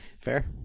fair